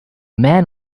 man